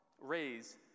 raise